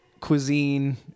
cuisine